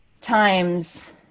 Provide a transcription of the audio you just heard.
times